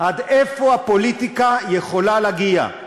עד איפה הפוליטיקה יכולה להגיע?